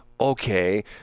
okay